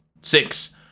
six